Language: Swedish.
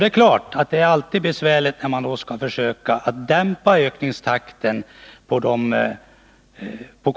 Det är klart att det alltid är besvärligt när man skall försöka dämpa ökningstakten.